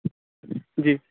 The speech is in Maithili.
जी